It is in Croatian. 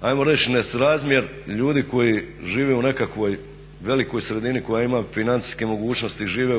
ajmo reći nesrazmjer ljudi koji žive u nekakvoj velikoj sredini koja ima financijske mogućnosti, žive